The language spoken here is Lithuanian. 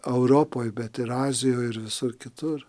europoj bet ir azijoj ir visur kitur